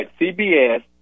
CBS